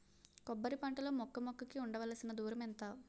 కొబ్బరి పంట లో మొక్క మొక్క కి ఉండవలసిన దూరం ఎంత